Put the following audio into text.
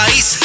Ice